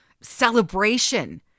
celebration